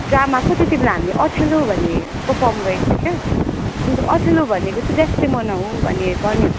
ड्रामाको त्यतिबेला हामीले अथेलो भन्ने पर्फर्म गरेको थियो क्या अनि त अथेलो भनेको चाहिँ डेस्टिमोना हो भने भन्यो